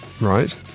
Right